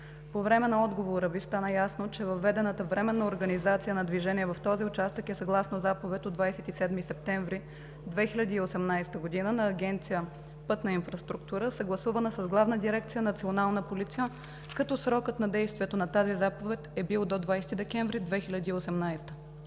По време на отговора Ви стана ясно, че въведената временна организация на движение в този участък е съгласно Заповед от 27 септември 2018 г. на Агенция „Пътна инфраструктура“, съгласувана с Главна дирекция „Национална полиция“, като срокът на действието на тази заповед е бил до 20 декември 2018 г.,